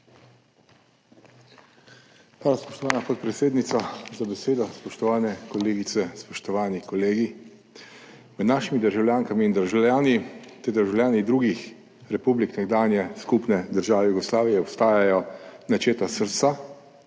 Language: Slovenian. Hvala, spoštovana podpredsednica, za besedo. Spoštovane kolegice, spoštovani kolegi! Med našimi državljankami in državljani ter državljani drugih republik nekdanje skupne države Jugoslavije obstajajo načeta srca